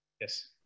Yes